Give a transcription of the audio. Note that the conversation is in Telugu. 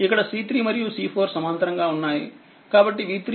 ఇక్కడC3మరియు C4సమాంతరంగా ఉన్నాయి